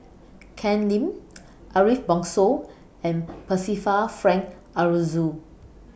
Ken Lim Ariff Bongso and Percival Frank Aroozoo